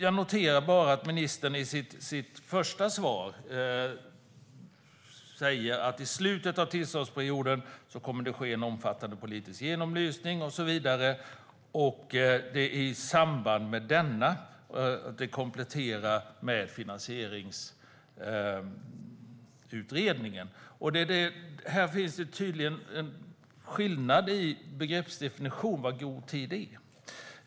Jag noterar att ministern i sitt första svar säger att det i slutet av tillståndsperioden kommer att ske en omfattande politisk genomlysning och att det i samband med den kommer att ske en komplettering med en utredning av finansieringen. Här finns det tydligen en skillnad i begreppsdefinitionen av vad som är i god tid.